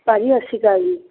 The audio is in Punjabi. ਭਾਅ ਜੀ ਸਤਿ ਸ਼੍ਰੀ ਅਕਾਲ ਜੀ